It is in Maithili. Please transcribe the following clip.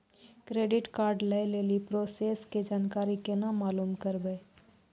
क्रेडिट कार्ड लय लेली प्रोसेस के जानकारी केना मालूम करबै?